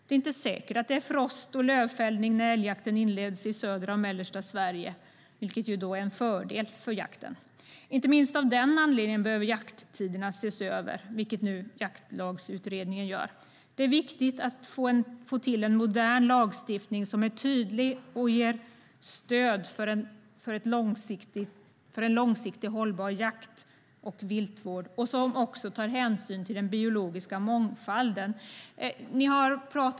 Det är inte säkert att det är frost och lövfällning när älgjakten inleds i södra och mellersta Sverige, vilket är en fördel för jakten. Inte minst av den anledningen behöver jakttiderna ses över, vilket nu Jaktlagsutredningen gör. Det är viktigt att få till en modern lagstiftning som är tydlig och ger stöd för en långsiktigt hållbar jakt och viltvård och som också tar hänsyn till den biologiska mångfalden.